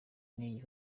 n’iyi